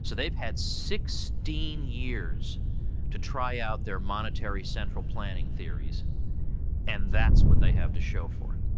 so they've had sixteen years to try out their monetary central planning theories and that's what they have to show for it.